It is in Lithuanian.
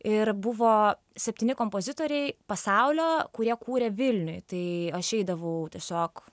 ir buvo septyni kompozitoriai pasaulio kurie kūrė vilniuj tai aš eidavau tiesiog